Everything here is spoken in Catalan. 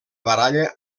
baralla